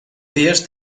dies